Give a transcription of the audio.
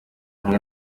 hamwe